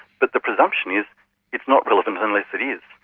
but the presumption is it's not relevant unless it is.